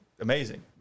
amazing